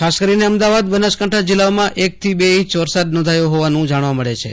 ખાસ કરીને અમદાવાદ બનાસકાંઠા જિલ્લાઓમાં એક થી બે વરસાદ નોંધાયો જાણવા મળે છે